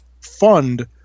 fund